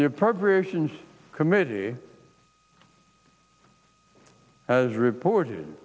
the appropriations committee as reported